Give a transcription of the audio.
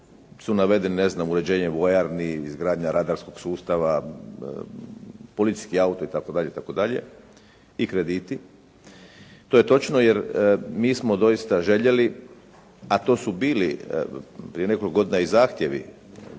su navedeni ne znam uređenje vojarni, izgradnja radarskog sustava, policijski auto itd. itd. i krediti. To je točno, jer mi smo doista željeli, a to su bili prije nekoliko godina i zahtjevi